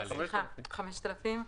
גפ"מ,5,000.